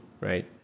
right